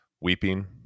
weeping